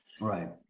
Right